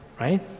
right